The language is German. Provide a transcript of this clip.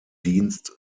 dienst